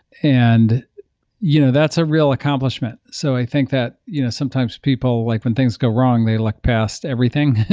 and you know that's a real accomplishment. so i think that you know sometimes people like when things go wrong, they look past everything.